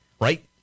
right